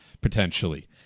potentially